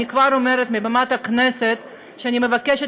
אני כבר אומרת מבמת הכנסת שאני מבקשת